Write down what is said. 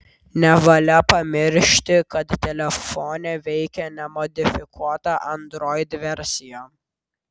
nevalia pamiršti kad telefone veikia nemodifikuota android versija